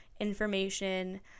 information